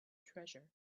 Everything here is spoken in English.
treasure